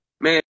Man